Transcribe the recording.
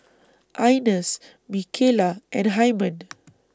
Ines Micaela and Hyman